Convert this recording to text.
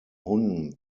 hunden